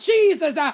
Jesus